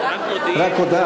מודיעים, רק מודיעים.